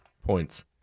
Points